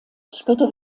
später